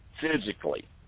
physically